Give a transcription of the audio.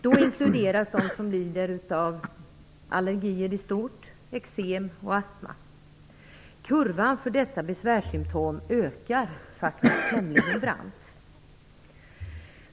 Det inkluderar dem som lider av allergier i stort, eksem och astma. Kurvan för dessa besvärssymtom ökar faktiskt tämligen brant.